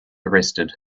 arrested